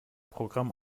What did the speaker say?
programm